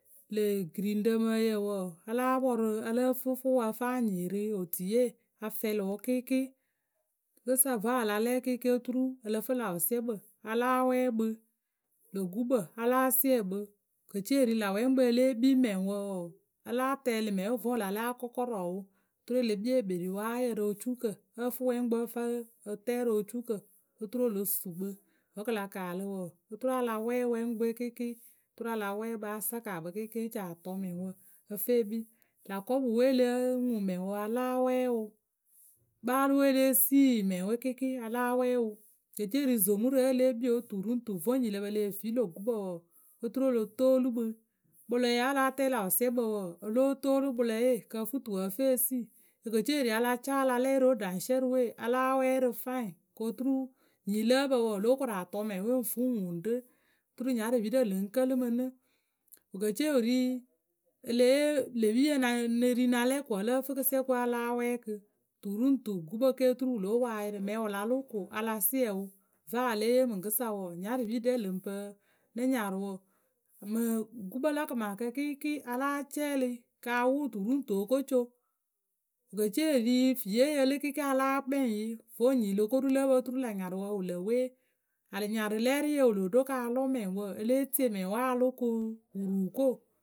lê giriŋrǝ mǝ ǝyǝ wǝǝ ǝ láa pɔrʊ ǝ lǝ́ǝ fǝ fʊʊwǝ ǝ fǝ a nyɩɩrɩ otuye afɛlɩwʊ kɩɩkɩɩ rǝkɨsa vǝ́ a la lɛ kɩɩkɩɩ oturu ǝ lǝ́ fǝ lâ wǝsiɛkpǝ a láa wɛ kpǝ lô gukpǝ a láa siɛ kpǝ wǝ ke ce wǝ ri lä wǝpwɛŋkpǝ e ɛ́e kpii mɛŋwǝ wǝǝ a láa tɛɛlɩ mɛŋwe vǝ́ wǝ la lɛ a kɔkɔrɔ wǝ oturu e le kpii ekpeiwaayǝ rǝ ocuukǝ ǝ fǝ wǝpwɛŋkpǝ we ǝ fǝ a tɛ rǝ ocuukǝ oturu o lo su kpǝ wǝ́ kɨ la kaalɨ wǝǝ, oturu a la wɛ wǝpɛŋkpǝwe kɩɩkɩɩ oturu a la wɛ kpǝ a saka kpǝ kɩɩkɩɩ e ci a tʊ mɛŋwǝ ǝ fǝ e kpii. Lä kɔpʊwe lǝ́ǝ ŋuŋ mɛŋwǝ a láa wɛ wǝ kpaalɨwe e lée sii mɛŋwe kɩɩkɩɩ a láa wɛ wǝ wǝ ke ce wǝ ri zomurǝ wǝ́ e lée kpii o tu ri ŋ tu vǝ́ nyi lǝ pǝ leh fii lö gukpǝ wǝǝ oturu o lo toolu kpǝ kpʊlɔɛ a láa tɛɛ lâ wǝsiɛkpǝ wǝǝ, o lo toolu kpʊlɔye kɨ ǝ fǝ tuwǝ ǝ fǝ e sii. Wǝ ke ce wǝ ri a la caa a la lɛ rǝ o, ɖaŋsiɛrǝwe a láa wɛ rǝ fwaiŋ ko turu nyi lǝ́ǝ pǝ wǝǝ lóo koru a tʊ mɛŋwe ŋ fǝ ŋ ŋuŋ rǝ oturu nyarɨpirǝ lǝŋ kǝlɨ mǝ nɨ wǝ ke ce wǝ ri e le yee lê piyǝ ŋ ne ri ŋ na lɛ ko ǝ lǝ́ǝ fǝ kɨsiɛkɨ we a láa wɛ kɨ tu ru ŋ tu gukpǝ ke oturu wǝ lóo poŋ a yɩrɩ mɛŋwǝ wǝ la lʊ ko a la siɛ wǝ. Vǝŋ a ya lée yee mǝkǝsa wǝǝ nyarɨpiɖɛ lɛŋ pǝ nɨ nyarʊwǝ mǝŋ gukpǝ la kǝmaakǝ kɩɩkɩɩ a láa cɛɛlɩ kɨ a wʊ tu ru ŋ tu o ko co. Wǝ ke ce wǝ ri fiiye yǝ lɨ kɩɩkɩɩ a láa kpɛŋ yǝ vǝ́ nyi lo ko ru lǝ́ǝ pǝ oturu lä nyarʊwǝ wǝ lǝ wee Anyarǝlɛɛrɩye wǝ loo ɖo ka lʊ mɛŋwǝ e le tie mɛŋwe aa lʊ kɨ wǝ ruu wǝ ko.